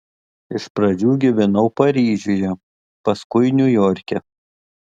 iš pradžių gyvenau paryžiuje paskui niujorke